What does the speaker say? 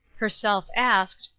herself asked,